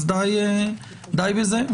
די בזה,